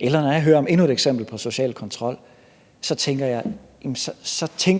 eller når jeg hører om endnu et eksempel på social kontrol, tænker